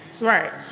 Right